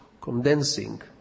condensing